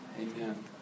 Amen